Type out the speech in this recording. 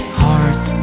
heart